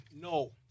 No